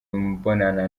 mbonana